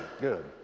Good